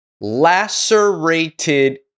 Lacerated